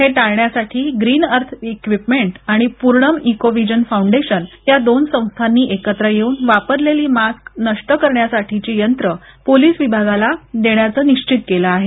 हे टाळण्यासाठी Green Earth Equipment आणि पूर्णम इको विजन फाउंडेशन या दोन संस्थांनी एकत्र येऊन वापरलेली मास्क नष्ट करण्यासाठीच यंत्र पोलीस विभागाला देण्यात येणार आहेत